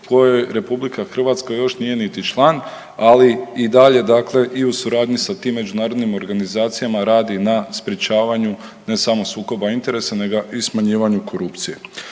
koje RH još nije niti član, ali i dalje i u suradnji sa tim međunarodnim organizacijama radi na sprječavanju ne samo sukoba interesa nego i smanjivanju korupcije.